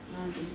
video